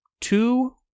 two